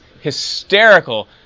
hysterical